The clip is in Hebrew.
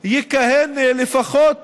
יכהן לפחות